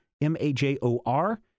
M-A-J-O-R